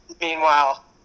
Meanwhile